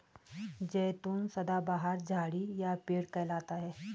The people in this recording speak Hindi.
जैतून सदाबहार झाड़ी या पेड़ कहलाता है